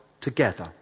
together